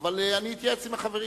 אבל אני אתייעץ עם החברים.